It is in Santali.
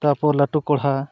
ᱛᱟᱯᱚᱨ ᱞᱟᱹᱴᱩ ᱠᱚᱲᱦᱟ